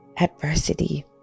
adversity